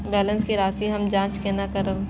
Balance के राशि हम जाँच केना करब?